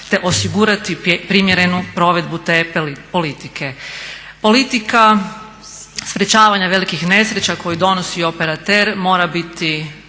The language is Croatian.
te osigurati primjerenu provedbu te politike. Politika sprječavanja velikih nesreća koju donosi operater mora biti